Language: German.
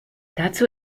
dazu